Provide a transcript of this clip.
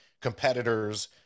competitors